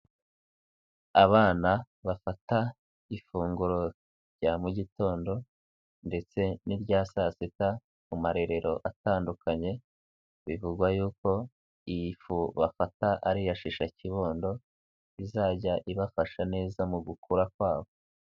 Abana bafata ifunguro rya mu gitondo ndetse n'irya saa sita mu marerero atandukanye, bivugwa yuko iyifu bafata ari iya shisha kibondo izajya ibafasha neza mu gukura kwabo.